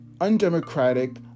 undemocratic